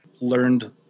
learned